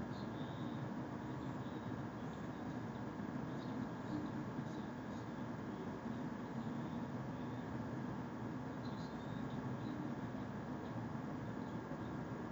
mm